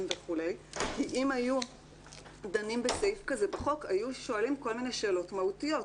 וכו' כי אם היו דנים בסעיף כזה בחוק היו שואלים כל מיני שאלות מהותיות,